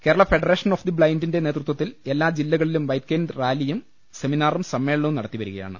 Kerala federation of the ബ്ലൈൻഡിന്റെ നേതൃത്വത്തിൽ എല്ലാ ജില്ലകളിലും വൈറ്റ് കെയിൻ റാലിയും സെമിനാറും സമ്മേളനവും നടത്തി വരികയാണ്